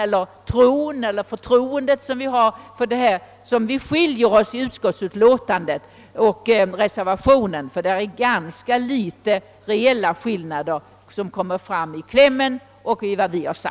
De reella skillnaderna mellan klämmarna i reservationen och i utskottsutlåtandet är obetydliga.